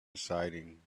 exciting